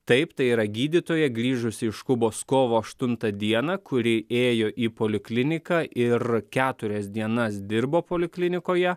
taip tai yra gydytoja grįžusi iš kubos kovo aštuntą dieną kuri ėjo į polikliniką ir keturias dienas dirbo poliklinikoje